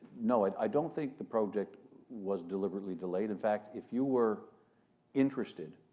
no, i don't think the project was deliberately delayed. in fact, if you were interested,